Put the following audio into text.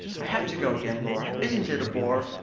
i have to go again, laura. isn't it a bore?